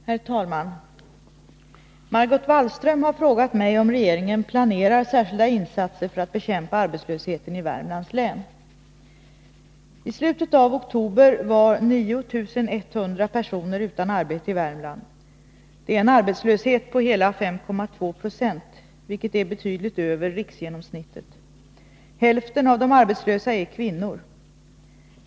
Herr talman! Margot Wallström har frågat mig om regeringen planerar särskilda insatser för att bekämpa arbetslösheten i Värmlands län. I slutet av oktober var 9 100 personer utan arbete i Värmland. Det är en arbetslöshet på hela 5,2 96, vilket är betydligt över riksgenomsnittet. Hälften av de arbetslösa är kvinnor.